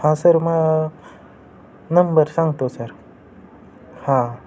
हां सर मग नंबर सांगतो सर हां